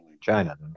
China